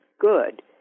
good